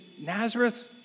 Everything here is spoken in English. Nazareth